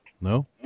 No